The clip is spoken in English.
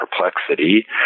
perplexity